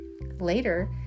Later